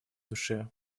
душе